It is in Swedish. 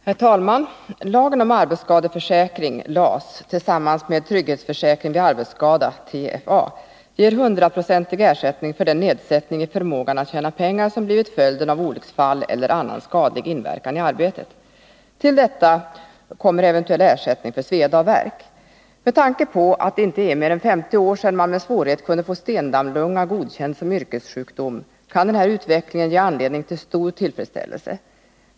Herr talman! Lagen om arbetsskadeförsäkring tillsammans med trygghetsförsäkring vid arbetsskada ger hundraprocentig ersättning för den nedsättning i förmågan att tjäna pengar som blivit följden av olycksfall eller annan skadlig inverkan i arbetet. Till detta kommer eventuell ersättning för sveda och värk. Med tanke på att det inte är mer än 50 år sedan man med svårighet kunde få stendammlunga godkänd som yrkessjukdom, kan den här utvecklingen ge anledning till stor tillfredsställelse.